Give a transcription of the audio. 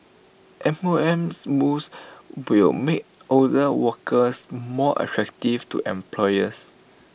M O M's moves will make older workers more attractive to employers